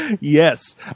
yes